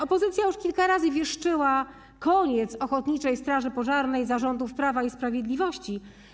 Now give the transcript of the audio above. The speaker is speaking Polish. Opozycja już kilka razy wieszczyła koniec ochotniczej straży pożarnej za rządów Prawa i Sprawiedliwości.